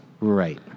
Right